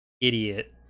idiot